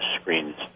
screens